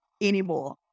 anymore